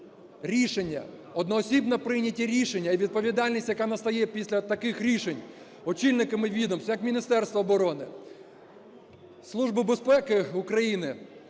рішення, одноосібно прийняті рішення і відповідальність, яка настає після таких рішень, очільниками відомств як Міністерство оборони, Служба безпеки України,